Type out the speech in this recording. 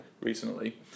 recently